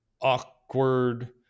awkward